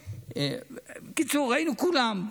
בקיצור, היינו כולם,